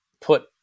put